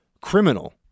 criminal